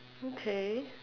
okay